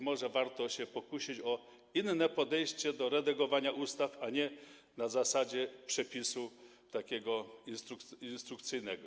Może warto się pokusić o inne podejście do redagowania ustaw, nie na zasadzie przepisu instrukcyjnego.